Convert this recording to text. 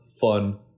fun